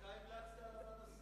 אתה המלצת עליו לנשיא.